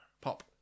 Pop